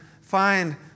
find